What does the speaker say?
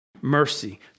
Mercy